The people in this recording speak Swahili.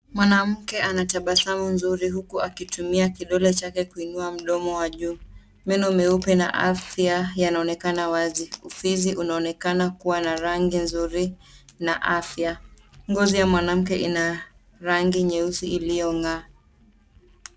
Mwanamke anatabasamu nzuri huku akitumia kidole chake kuinua mdomo wa juu. Meno meupe na afya yanaonekana wazi, ufizi unaonekana kuwa na rangi nzuri na afya. Ngozi ya mwanamke ina rangi nyeusi iliyong'aa.